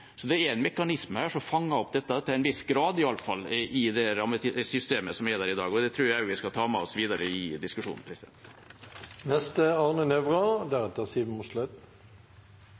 Så det er en mekanisme her som fanger opp dette, til en viss grad iallfall, i det systemet som er der i dag, og det tror jeg også vi skal ta med oss videre i diskusjonen.